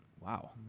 Wow